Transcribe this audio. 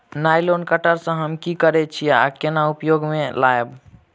Nylon cutter सँ हम की करै छीयै आ केना उपयोग म लाबबै?